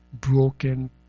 broken